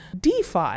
DeFi